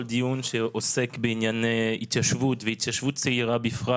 דיון שעוסק בענייני התיישבות והתיישבות צעירה בפרט,